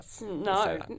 No